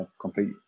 complete